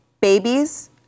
babies